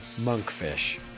monkfish